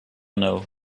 know